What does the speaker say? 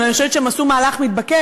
אבל אני חושבת שהם עשו מהלך מתבקש,